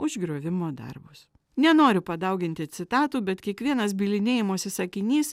už griovimo darbus nenoriu padauginti citatų bet kiekvienas bylinėjimosi sakinys